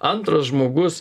antras žmogus